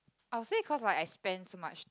I will say cause like I spend so much